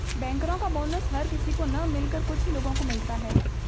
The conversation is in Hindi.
बैंकरो का बोनस हर किसी को न मिलकर कुछ ही लोगो को मिलता है